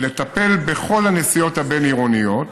לטפל בכל הנסיעות הבין-עירוניות,